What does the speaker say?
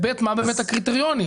מה הקריטריונים?